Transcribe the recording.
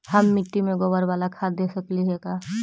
हम मिट्टी में गोबर बाला खाद दे सकली हे का?